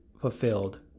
fulfilled